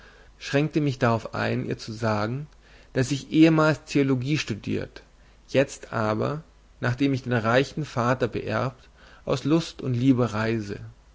schränkte ich mich darauf ein ihr zu sagen daß ich ehemals theologie studiert jetzt aber nachdem ich den reichen vater beerbt aus lust und liebe reise